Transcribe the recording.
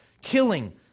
killing